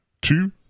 two